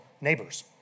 neighbors